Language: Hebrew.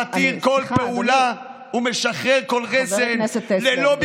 המתיר כל פעולה ומשחרר כל רסן ללא ביקורת,